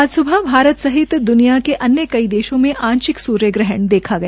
आज स्बह भारत सहित द्निया के अन्य कई देशो में आंशिक सूर्य ग्रहण देखा गया